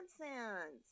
nonsense